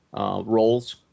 Roles